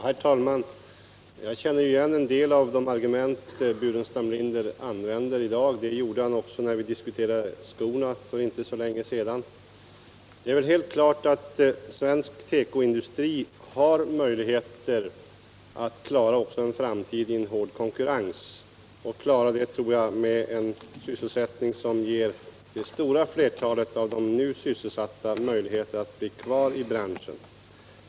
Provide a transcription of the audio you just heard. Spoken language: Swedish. Herr talman! Jag känner igen en del av de argument Staffan Burenstam Linder använder i dag. Dem använde han också när vi diskuterade skorna för inte så länge sedan. Det är väl helt klart att svensk tekoindustri har möjligheter att klara också en framtid i en hård konkurrens, och detta med en sysselsättning som ger det stora flertalet av de nu sysselsatta möjligheter att bli kvar i branschen.